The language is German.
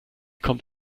kommt